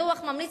הדוח ממליץ,